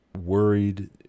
worried